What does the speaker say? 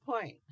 point